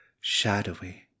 shadowy